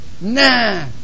Nah